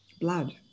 blood